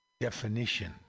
definition